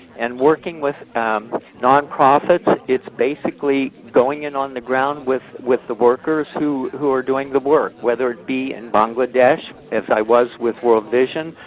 and working with nonprofits, it's basically going in on the ground with with the workers who who are doing the work, whether it be in bangladesh, as i was with world vision,